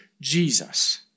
Jesus